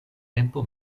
tempo